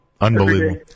Unbelievable